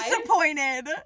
disappointed